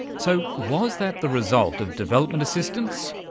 so was that the result of development assistance,